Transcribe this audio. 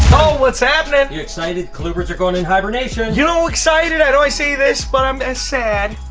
oh what's happenin'? you excited colubrids are going in hibernation? you know excited, i know i say this, but i'm and sad,